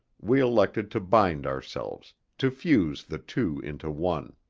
we elected to bind ourselves, to fuse the two into one.